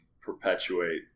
perpetuate